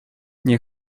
nie